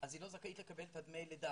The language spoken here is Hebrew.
אז היא לא זכאית לקבל את דמי הלידה.